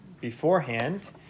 beforehand